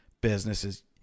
businesses